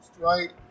right